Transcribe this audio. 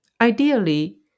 Ideally